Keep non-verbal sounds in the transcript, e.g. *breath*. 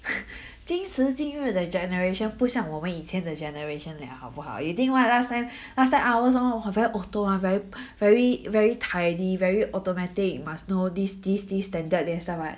今生今日的 generation 不像我们以前的 generation 了好不好 you think what last time *breath* last time ours all confirm 要 auto [one] very *breath* very very tidy very automatic you must know this this this standard then some what